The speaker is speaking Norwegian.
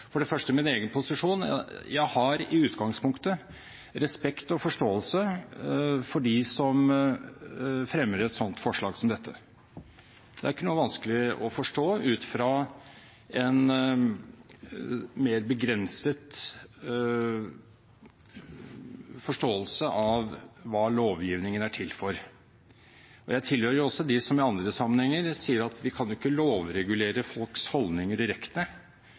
for det første min egen posisjon. Jeg har i utgangspunktet respekt og forståelse for dem som fremmer et slikt forslag. Det er ikke vanskelig å forstå, ut fra en mer begrenset forståelse av hva lovgivningen er til for. Jeg tilhører også dem som i andre sammenhenger sier at vi ikke kan lovregulere folks holdninger direkte.